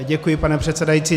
Děkuji, pane předsedající.